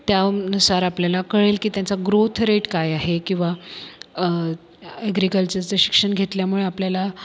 त्यानुसार आपल्याला कळेल की त्यांचा ग्रोथ रेट काय आहे किंवा ॲग्रिकल्चरचे शिक्षण घेतल्यामुळे आपल्याला